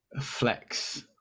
flex